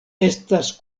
estas